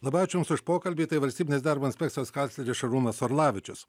labai ačiū jums už pokalbį tai valstybinės darbo inspekcijos kancleris šarūnas orlavičius